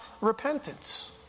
repentance